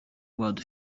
rwanda